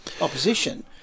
opposition